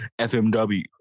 FMW